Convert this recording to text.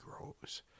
grows